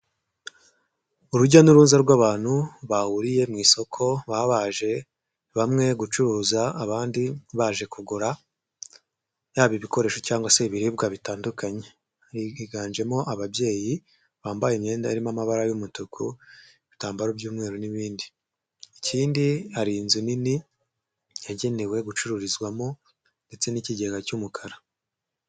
Uurujya n'uruza rw'abantu bahuriye mu isoko, baba baje bamwe gucuruza abandi baje kugura, yaba ibikoresho cyangwa se ibiribwa bitandukanye. Higanjemo ababyeyi bambaye imyenda harimo amabara y'umutuku, ibitambaro by'umweru n'ibindi. Ikindi hari inzu nini yagenewe gucururizwamo ndetse n'ikigega cy'umukara.